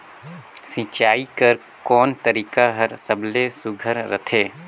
सिंचाई कर कोन तरीका हर सबले सुघ्घर रथे?